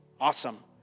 Awesome